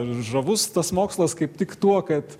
ir žavus tas mokslas kaip tik tuo kad